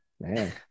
man